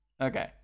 Okay